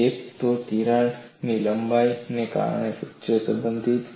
એક તો તેણે તિરાડ લંબાઈને કારણે ફ્રેક્ચર સંબંધિત છે